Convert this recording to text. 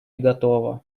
готова